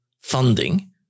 funding